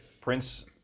Prince